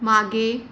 मागे